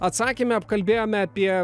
atsakyme apkalbėjome apie